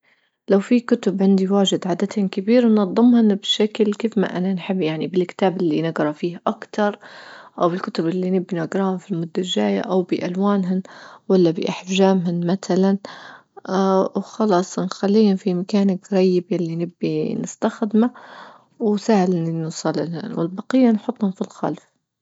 لو في كتب عندي واجد عددهن كبير ننظمهن بشكل كيف ما أنا نحب يعني بالكتاب اللي نجرا فيه أكتر أو بالكتب اللي نبني نجراهم في المدة الجاية أو بألوانهن ولا بأحجامهن مثلا وخلاص نخليهم في مكان قريب يلي نبي نستخدمه وسهل إني نوصله والبقية نحطهم في الخلف.